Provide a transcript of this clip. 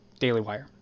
DailyWire